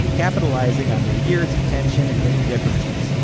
capitalizing on their years of tension and many differences.